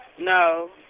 No